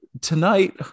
tonight